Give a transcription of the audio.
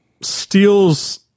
steals